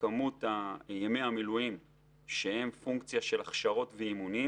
בכמות ימי המילואים שהם פונקציה של הכשרות ואימונים